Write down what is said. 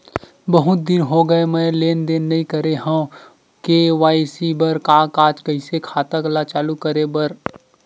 बहुत दिन हो गए मैं लेनदेन नई करे हाव के.वाई.सी बर का का कइसे खाता ला चालू करेबर?